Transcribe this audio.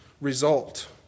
result